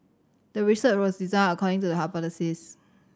the research was designed according to the hypothesis